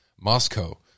Moscow